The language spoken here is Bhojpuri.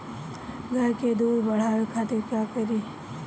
गाय के दूध बढ़ावे खातिर का करी?